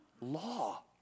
law